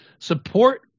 Support